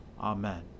Amen